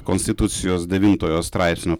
konstitucijos devintojo straipsnio